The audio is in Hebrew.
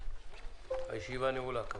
הישיבה נעולה.